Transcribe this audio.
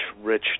rich